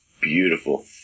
beautiful